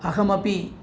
अहमपि